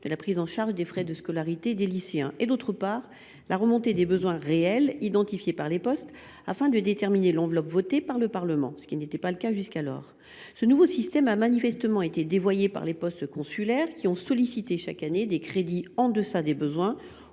de la prise en charge des frais de scolarité des lycéens ; d’autre part, la remontée des besoins réels, identifiés par les postes, pour déterminer l’enveloppe à soumettre au Parlement. Ce nouveau système a manifestement été dévoyé par les postes consulaires, qui ont sollicité chaque année des crédits en deçà des besoins,